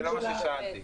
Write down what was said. זה לא מה ששאלתי.